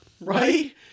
right